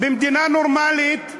במדינה נורמלית,